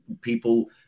people